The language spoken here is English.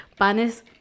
panes